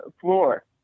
floor